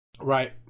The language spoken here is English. Right